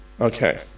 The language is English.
Okay